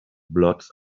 blots